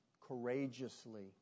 courageously